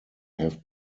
have